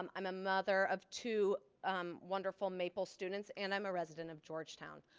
um i'm a mother of two um wonderful maple students and i'm a resident of georgetown.